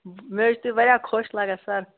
مےٚ حظ چھِوتُہۍ واریاہ خۄش لَگان سَر